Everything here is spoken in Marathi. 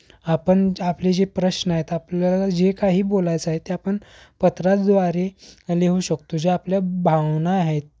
आपण आपले जे प्रश्न आहेत आपल्याला जे काही बोलायचं आहे ते आपण पत्राद्वारे लिहू शकतो जे आपल्या भावना आहेत